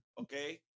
Okay